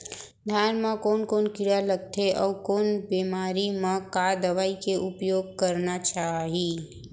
धान म कोन कोन कीड़ा लगथे अऊ कोन बेमारी म का दवई के उपयोग करना चाही?